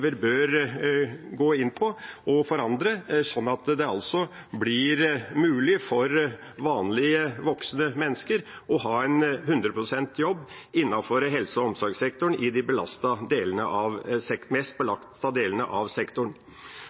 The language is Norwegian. bør gå inn og forandre, slik at det blir mulig for vanlige voksne mennesker å ha en 100 pst. jobb innenfor helse- og omsorgssektoren i de mest belastede delene av